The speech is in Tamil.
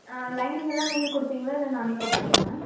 ஆ லைனிங்கெல்லாம் நீங்கள் கொடுப்பிங்களா இல்லை நானே போட்டுக்கணுமா மேம்